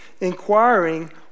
inquiring